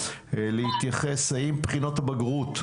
להתייחס האם בחינות הבגרות,